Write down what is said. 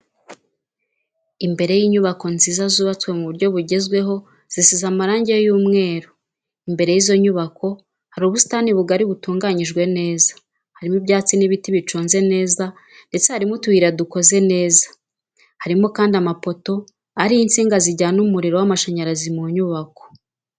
Imbere y'inyubako nziza zubatswe mu buryo bugezweho zisize amarangi y'umweru imbere y'izo nyubako hari ubusitani bugari butunganyijwe neza, harimo ibyatsi n'ibiti biconze neza ndetse harimo utuyira dukoze neza, harimokandi amapoto ariho insinga zijyana umuriro w'amashanyarazi mu nyubako.